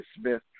Smith